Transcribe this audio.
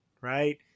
right